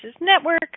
Network